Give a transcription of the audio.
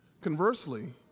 Conversely